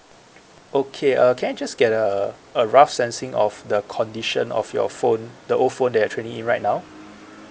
okay uh can I just get a a rough sensing of the condition of your phone the old phone that you're trading in right now